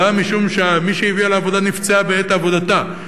משום שמי שהביאה לעבודה נפצעה בעת עבודתה,